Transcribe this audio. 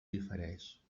difereix